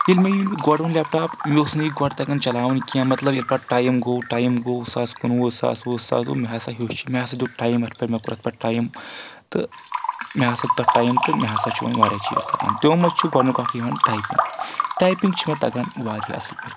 ییٚلہِ مےٚ یہِ گۄڈٕ اوٚن لیپ ٹاپ مےٚ اوس نہٕ یہِ گۄڈٕ تگان چلاوٕنۍ کینٛہہ مطلب ییٚلہِ پَتہٕ ٹایم گوٚو ٹایم گوٚو ساس کُنوُہ ساس وُہ ساس دوٚپ مےٚ ہسا ہیوٚچھ مےٚ ہسا دیُت ٹایم پؠٹھ مےٚ کوٚر اَتھ پؠٹھ ٹایِم تہٕ مےٚ ہسا تتھ ٹایم تہٕ مےٚ ہسا چھُ وَن واریاہ چیٖز تَگان تِمو منٛز چھُ گۄڈنیُک اکھ یِوان ٹایپِنٛگ ٹایپِنٛگ چھِ مےٚ تَگان واریاہ اَصٕل پٲٹھۍ کَرٕنۍ